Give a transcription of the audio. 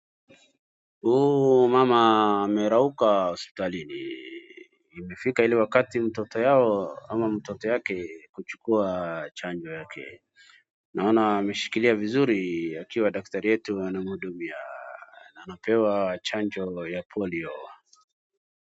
Huu mama amerauka hospitalini, imefika ile wakati mtoto yao ama mtoto yake huchukua chanjo yake. Naona ameshikilia vizuri akiwa daktari yetu ndiye anamhudumia anapewa chanjo ya polio.